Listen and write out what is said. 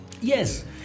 Yes